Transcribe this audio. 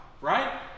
right